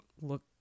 look